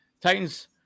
Titans